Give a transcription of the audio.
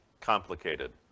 complicated